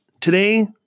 today